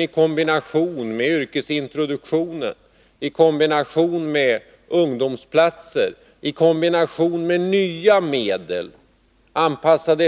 i kombination med yrkesintroduktion, med ungdomsplatser och med nya medel, anpassade .